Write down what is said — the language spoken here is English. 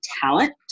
talent